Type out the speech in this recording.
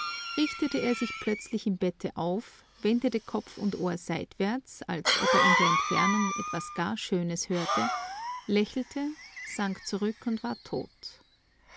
richtete er sich plötzlich im bette auf wendete kopf und ohr seitwärts als ob er in der entfernung etwas gar schönes hörte lächelte sank zurück und war tot